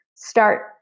start